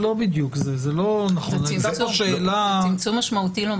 זה צמצום משמעותי.